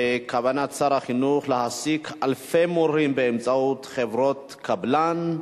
כוונת שר החינוך להעסיק אלפי מורים באמצעות חברות קבלן,